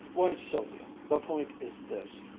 why, sylvia, the point is this.